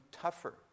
tougher